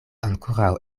ankoraŭ